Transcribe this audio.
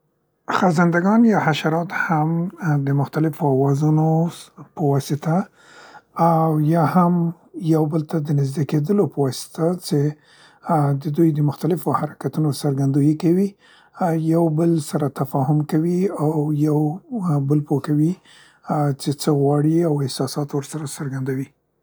خزنده ګان او یا حشرات هم د مختلفو اوازونو سس په واسطه او یا هم یو بل ته د نیزدې کیدلو په واسطه څې ا د دوی د مختلفو حرکتونو څرګندویي کوي، ا یو بل سره تفاهم کوي او یو ا بل پوه کوي چې څه غواړي او احساسات ورسره څرګندوي.